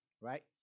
right